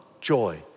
joy